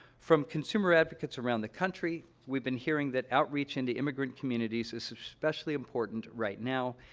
from consumer advocates around the country, we've been hearing that outreach into immigrant communities is especially important right now,